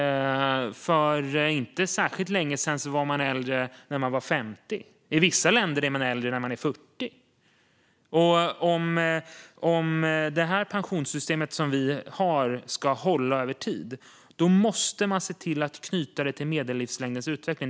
För inte särskilt länge sedan var man äldre när man var 50. I vissa länder är man äldre när man är 40. Om det pensionssystem vi har ska hålla över tid måste man se till att knyta det till medellivslängdens utveckling.